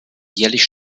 jährlich